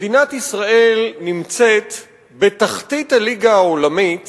מדינת ישראל נמצאת בתחתית הליגה העולמית